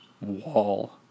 wall